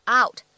out